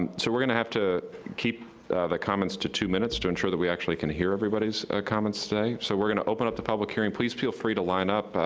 and so we're gonna have to keep the comments to two minutes to ensure that we actually can hear everybody's comments today. so we're gonna open up the public hearing. please feel free to line up,